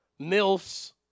MILFs